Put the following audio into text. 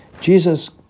Jesus